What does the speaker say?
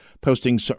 posting